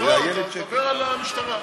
דבר על המשתמע,